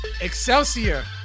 Excelsior